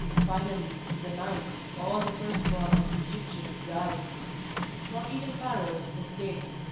finally, in the night all the first-born of the egyptians died not even pharaoh's escaped.